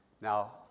Now